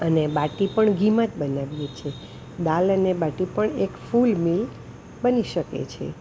અને બાટી પણ ઘીમાંજ બનાવીએ છીએ દાલ અને બાટી પણ એક ફૂલ મિલ બની શકે છે